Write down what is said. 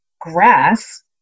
grass